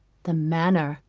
the manner!